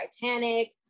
Titanic